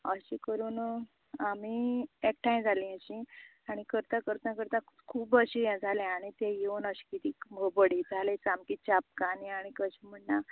अशे करून आमी एकठांय करप आनी करता करता करता अशे खूब जाले आनी ते येवन अशे बी बडयताले सामके चाबकांनी आनी कशे म्हण्णा